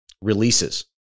releases